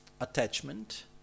attachment